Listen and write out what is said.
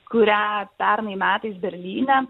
kurią pernai metais berlyne